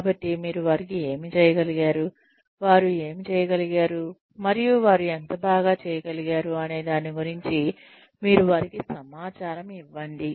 కాబట్టి మీరు వారికి ఏమి చేయగలిగారు వారు ఏమి చేయగలిగారు మరియు వారు ఎంత బాగా చేయగలిగారు అనే దాని గురించి మీరు వారికి సమాచారం ఇవ్వండి